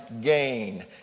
gain